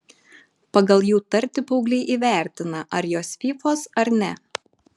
pagal jų tartį paaugliai įvertina ar jos fyfos ar ne